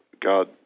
God